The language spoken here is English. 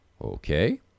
Okay